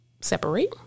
separate